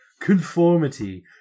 conformity